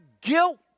guilt